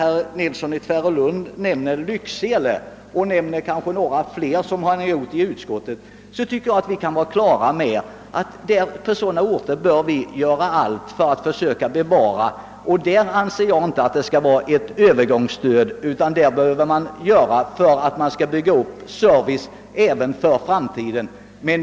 Herr Nilsson i Tvärålund nämnde i det sammanhanget Lycksele och några andra orter, och dem bör vi också kunna bli ense om att bevara. Men då skall det inte vara fråga om ett övergångsstöd utan om att bygga upp en service för framtiden.